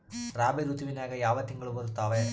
ರಾಬಿ ಋತುವಿನ್ಯಾಗ ಯಾವ ತಿಂಗಳು ಬರ್ತಾವೆ?